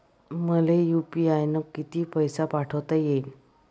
मले यू.पी.आय न किती पैसा पाठवता येईन?